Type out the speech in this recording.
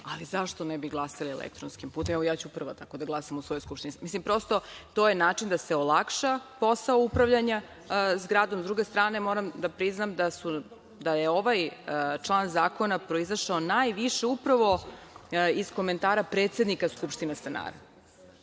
Ali, zašto ne bi glasali elektronskim putem? Evo, ja ću prava tako da glasam u svojoj skupštini stanara. Prosto, to je način da se olakša posao upravljanja zgradom.S druge strane, moram da priznam da je ovaj član zakon proizašao najviše upravo iz komentara predsednika skupštine stanara.